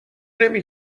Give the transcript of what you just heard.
نمی